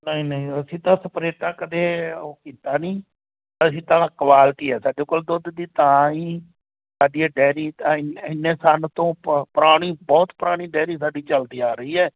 ਨਹੀਂ ਨਹੀਂ ਅਸੀਂ ਤਾਂ ਸਪਰੇ ਤਾਂ ਕਦੇ ਉਹ ਕੀਤਾ ਨਹੀਂ ਅਸੀਂ ਤਾਂ ਕੁਆਲਿਟੀ ਆ ਸਾਡੇ ਕੋਲ ਦੁੱਧ ਦੀ ਤਾਂ ਹੀ ਸਾਡੀ ਇਹ ਡੈਰੀ ਤਾਂ ਇਨ ਇੰਨੇ ਸਨ ਤੋਂ ਪੁਰਾਣੀ ਬਹੁਤ ਪੁਰਾਣੀ ਡਾਇਰੀ ਸਾਡੀ ਚਲਦੀ ਆ ਰਹੀ ਹੈ